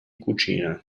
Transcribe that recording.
cucina